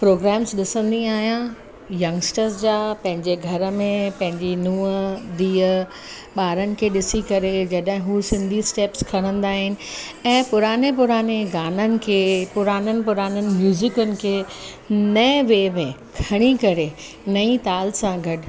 programmes ॾिसंदी आहियां youngsters जा पंहिंजे घर में पंहिंजी नुंहुं धीअ ॿारनि खे ॾिसी करे जॾहिं हू सिंधी ॿारनि खे ॾिसी करे जॾहिं हू सिंधी स्टैप्स खणंदा आहिनि ऐं पुराने पुराने गाननि खे पुराननि पुराननि म्युज़िकनि खे नएं वे में खणी करे नईं ताल सां गॾु